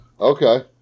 Okay